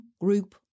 group